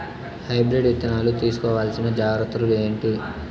Hybrid విత్తనాలు తీసుకోవాల్సిన జాగ్రత్తలు ఏంటి?